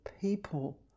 people